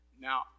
Now